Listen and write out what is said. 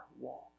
walk